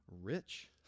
rich